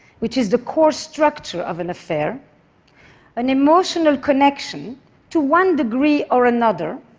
which is the core structure of an affair an emotional connection to one degree or another